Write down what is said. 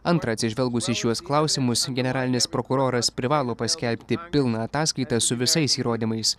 antra atsižvelgus į šiuos klausimus generalinis prokuroras privalo paskelbti pilną ataskaitą su visais įrodymais